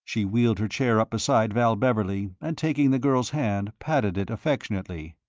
she wheeled her chair up beside val beverley, and taking the girl's hand patted it affectionately.